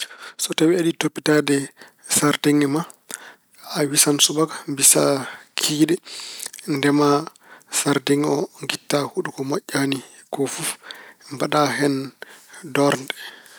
So tawi aɗa yiɗi toppitaade sardiŋŋe ma, a wisan subaka, mbisa kikiiɗe. Ndema sardiŋŋe o, ngitta huɗo ko moƴƴaani ko fof. Mbaɗa hen doornde.